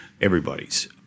everybody's